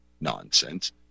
nonsense